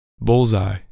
Bullseye